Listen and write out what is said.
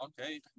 Okay